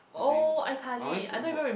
think I always watch